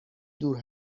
دور